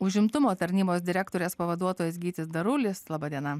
užimtumo tarnybos direktorės pavaduotojas gytis darulis laba diena